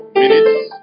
minutes